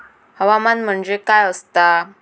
हवामान म्हणजे काय असता?